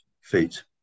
feet